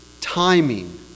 timing